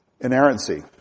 Inerrancy